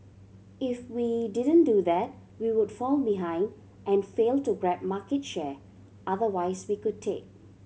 if we didn't do that we would fall behind and fail to grab market share otherwise we could take